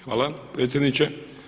Hvala predsjedniče.